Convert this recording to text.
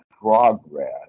progress